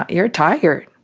ah you're tired.